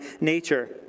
nature